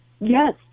Yes